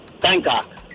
Bangkok